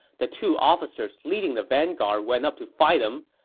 the two officers leading the vanguard went up to fight him,